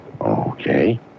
Okay